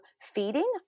feeding